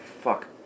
Fuck